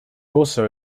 also